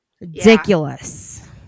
Ridiculous